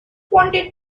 point